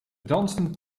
dansten